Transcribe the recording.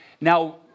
Now